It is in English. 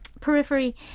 periphery